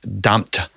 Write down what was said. dumped